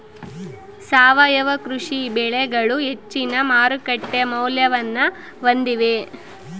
ಸಾವಯವ ಕೃಷಿ ಬೆಳೆಗಳು ಹೆಚ್ಚಿನ ಮಾರುಕಟ್ಟೆ ಮೌಲ್ಯವನ್ನ ಹೊಂದಿವೆ